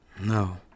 No